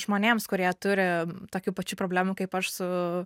žmonėms kurie turi tokių pačių problemų kaip aš su